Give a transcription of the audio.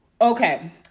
Okay